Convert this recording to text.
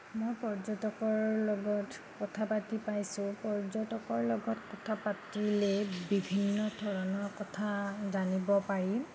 মই পৰ্যটকৰ লগত কথা পাতি পাইছোঁ পৰ্যটকৰ লগত কথা পাতিলে বিভিন্ন ধৰণৰ কথা জানিব পাৰি